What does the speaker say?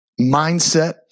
mindset